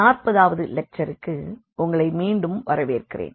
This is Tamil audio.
நாற்பதாவது லெக்சருக்கு உங்களை மீண்டும் வரவேற்கிறேன்